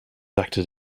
acted